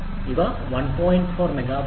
ഇവ 1